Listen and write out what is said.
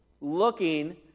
looking